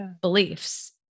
beliefs